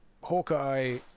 Hawkeye